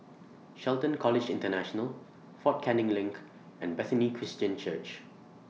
Shelton College International Fort Canning LINK and Bethany Christian Church